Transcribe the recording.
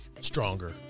Stronger